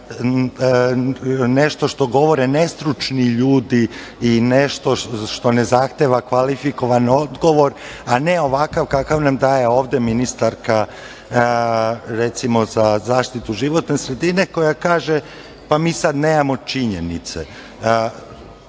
nešto što govore nestručni ljudi i nešto što ne zahteva kvalifikovan odgovor, a ne ovakav kakav nam daje ovde ministarka recimo za zaštitu životne sredine koja kaže – pa mi sada nemamo činjenice? Siniša